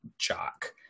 jock